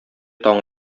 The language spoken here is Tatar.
таң